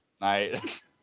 Night